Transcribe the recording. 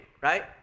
right